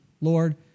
Lord